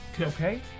okay